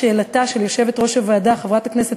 לשאלתה של יושבת-ראש הוועדה חברת הכנסת